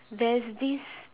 there's this